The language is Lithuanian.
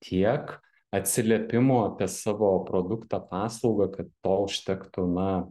tiek atsiliepimų apie savo produktą paslaugą kad to užtektų na